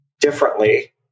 differently